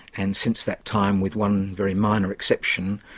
and since that time, with one very minor exception,